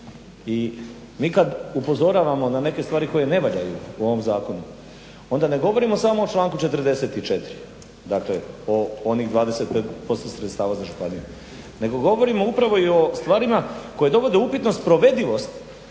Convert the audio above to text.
I mi kad upozoravamo na neke stvari koje ne valjaju u ovom Zakonu, onda ne govorimo samo o članku 44. Dakle, o onih 25% sredstava za županiju, nego govorimo upravo i o stvarima koje dovode u upitnost provedivost